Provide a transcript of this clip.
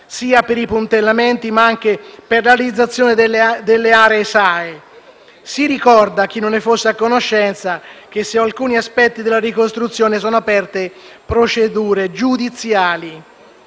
sia per i puntellamenti, sia anche per realizzazione delle aree SAE. Si ricorda, a chi non ne fosse a conoscenza, che su alcuni aspetti della ricostruzione sono aperte procedure giudiziali.